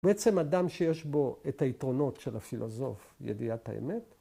‫בעצם אדם שיש בו את היתרונות ‫של הפילוסוף, ידיעת האמת...